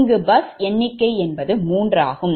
இங்கு பஸ் எண்ணிக்கை 3 ஆகும்